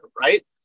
right